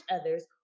others